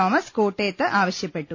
Thomas കോട്ടയത്ത് ആവശ്യ പ്പെട്ടു